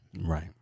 right